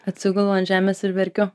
atsigulu ant žemės ir verkiu